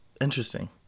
Interesting